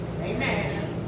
Amen